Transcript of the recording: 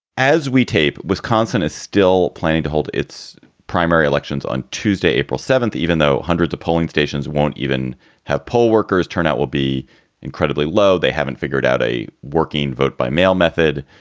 as we tape. wisconsin is still planning to hold its primary elections on tuesday, april seventh, even though hundreds of polling stations won't even have poll workers, turnout will be incredibly low. low. they haven't figured out a working vote by mail method.